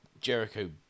Jericho